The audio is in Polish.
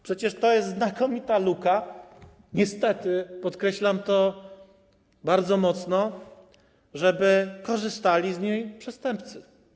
Przecież to jest znakomita luka, podkreślam to bardzo mocno, żeby korzystali z niej przestępcy.